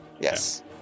Yes